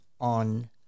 on